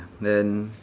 then